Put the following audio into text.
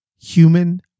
human